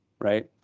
right